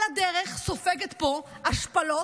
על הדרך, סופגת פה השפלות,